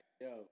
Yo